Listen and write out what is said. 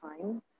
time